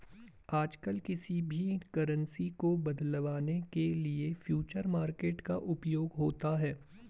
आजकल किसी भी करन्सी को बदलवाने के लिये फ्यूचर मार्केट का उपयोग होता है